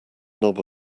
knob